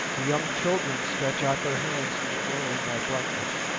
the young children stretch out their hands and grow in thy brightness